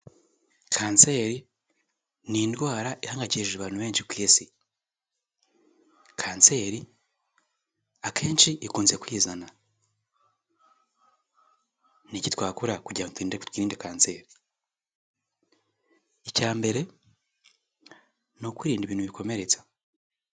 Kanseri ni indwara ihangakishije abantu benshi ku Isi, kanseri akenshi ikunze kwizana. Ni iki twakora kugira ngo twirinde kanseri? Icya mbere ni ukwirinda ibintu bikomeretsa.